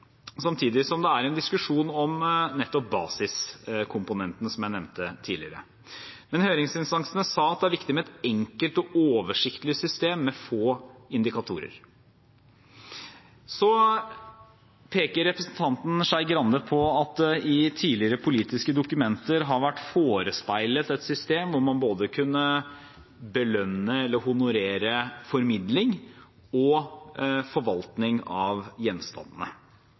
samtidig som det er en diskusjon om nettopp basiskomponenten, som jeg nevnte tidligere. Men høringsinstansene sa at det er viktig med et enkelt og oversiktlig system med få indikatorer. Så peker representanten Skei Grande på at det i tidligere politiske dokumenter har vært forespeilet et system hvor man både kunne belønne, eller honorere, formidling og forvaltning av gjenstandene.